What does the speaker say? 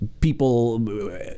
people